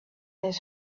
his